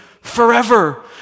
forever